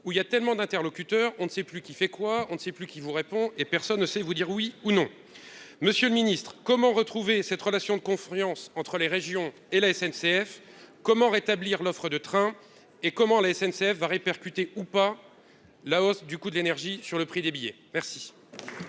où il y a tellement d'interlocuteurs, on ne sait plus qui fait quoi, on ne sait plus qui vous répond et personne ne sait vous dire oui ou non, monsieur le Ministre, comment retrouver cette relation de confiance entre les régions et la SNCF : comment rétablir l'offre de trains et comment la SNCF va répercuter ou pas, la hausse du coût de l'énergie sur le prix des billets merci.